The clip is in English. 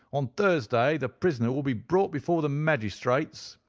on thursday the prisoner will be brought before the magistrates,